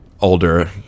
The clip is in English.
older